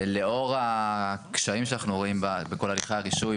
לאור הקשיים שאנחנו רואים בכל הליכי הרישוי